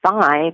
five